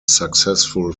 successful